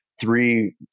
three